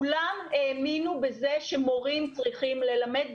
כולם האמינו בזה שמורים צריכים ללמד,